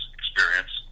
experience